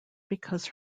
because